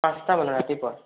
পাঁচটামানত ৰাতিপুৱা